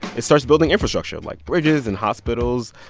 it starts building infrastructure like bridges and hospitals,